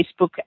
Facebook